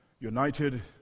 United